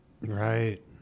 Right